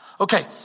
Okay